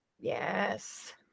yes